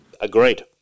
Agreed